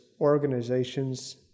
organizations